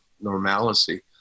normalcy